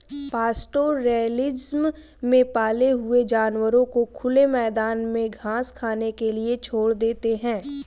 pastoralism में पाले हुए जानवरों को खुले मैदान में घास खाने के लिए छोड़ देते है